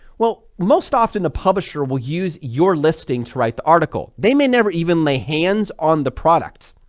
well, most often a publisher will use your listing to write the article they may never even lay hands on. the product,